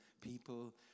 people